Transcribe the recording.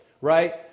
right